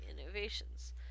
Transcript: innovations